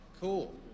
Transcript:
cool